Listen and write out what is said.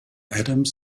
adams